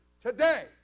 today